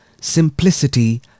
simplicity